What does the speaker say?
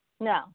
No